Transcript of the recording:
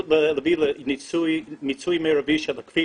האפשרות להביא למיצוי מרבי של הכביש